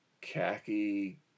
khaki